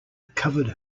covered